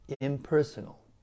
impersonal